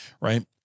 Right